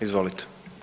Izvolite.